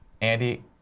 Andy